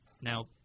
now